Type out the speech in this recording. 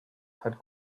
had